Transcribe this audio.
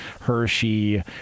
Hershey